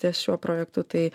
ties šiuo projektu tai